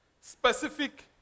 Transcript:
Specific